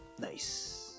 Nice